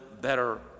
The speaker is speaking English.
better